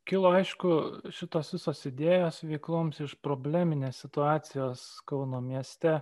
kilo aišku šitos visos idėjos veikloms iš probleminės situacijos kauno mieste